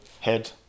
head